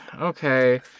Okay